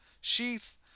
sheath